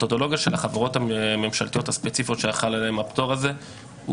המתודולוגיה של החברות הממשלתיות הספציפיות שהיה חל עליהן הפטור הזה היא